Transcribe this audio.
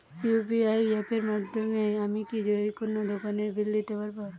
UPI অ্যাপের মাধ্যমে আমি কি যেকোনো দোকানের বিল দিতে পারবো?